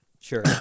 Sure